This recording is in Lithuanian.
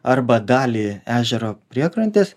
arba dalį ežero priekrantės